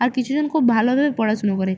আর কিছু জন খুব ভালোভাবে পড়াশোনা করে